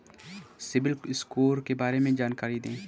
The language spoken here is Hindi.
सिबिल स्कोर के बारे में जानकारी दें?